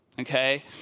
okay